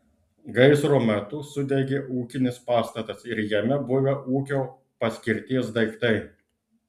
gaisro metu sudegė ūkinis pastatas ir jame buvę ūkio paskirties daiktai